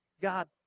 God